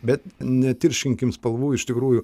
bet netirštinkim spalvų iš tikrųjų